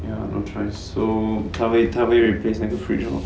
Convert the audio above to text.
ya no choice so 他会他会 replaced 那个 fridge lor